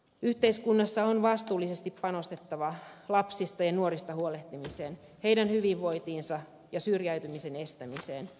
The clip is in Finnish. yhteiskunnassa on vastuullisesti panostettava lapsista ja nuorista huolehtimiseen heidän hyvinvointiinsa ja syrjäytymisen estämiseen